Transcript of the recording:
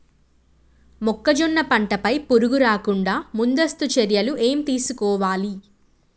మొక్కజొన్న పంట పై పురుగు రాకుండా ముందస్తు చర్యలు ఏం తీసుకోవాలి?